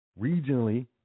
Regionally